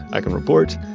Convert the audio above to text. i can report,